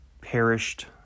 perished